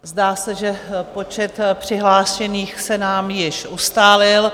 Zdá se, že počet přihlášených se nám již ustálil.